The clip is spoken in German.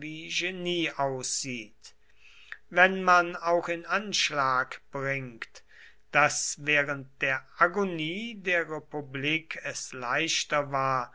aussieht wenn man auch in anschlag bringt daß während der agonie der republik es leichter war